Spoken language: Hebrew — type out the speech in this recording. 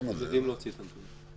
הם יודעים להוציא את הנתונים.